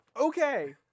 Okay